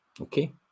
Okay